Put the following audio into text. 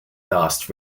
last